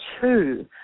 two